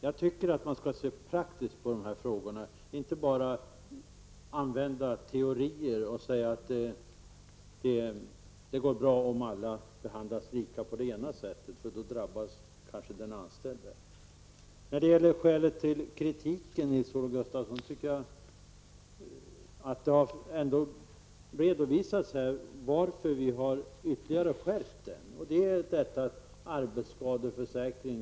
Jag tycker att man skall se praktiskt på dessa frågor och inte bara använda teorier och säga att det går bra om alla behandlas lika på det ena sättet. Då drabbas kanske den anställde. När det gäller skälen till kritiken, Nils-Olof Gustafsson, tycker jag ändå att vi har redovisat varför vi ytterligare har skärpt kritiken.